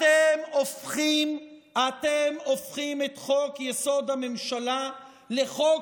אתם הופכים את חוק-יסוד: הממשלה לחוק